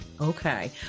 Okay